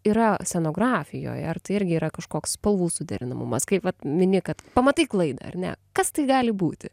yra scenografijoj ar tai irgi yra kažkoks spalvų suderinamumas kaip vat mini kad pamatai klaidą ar ne kas tai gali būti